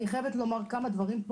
אני חייבת לומר כאן כמה דברים,